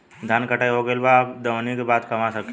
धान के कटाई हो गइल बा अब दवनि के बाद कहवा रखी?